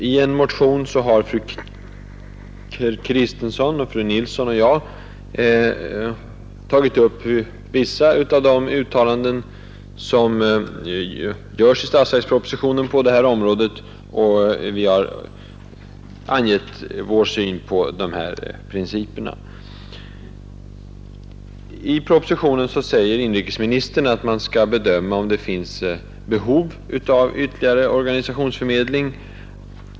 I en motion har fru Kristensson, fru Nilsson i Kristianstad och jag tagit upp vissa av de uttalanden som görs i statsverkspropositionen på detta område, och vi har angett vår syn på dessa principer. I propositionen säger inrikesministern att man skall bedöma om det finns behov av ytterligare organisationsförmedling.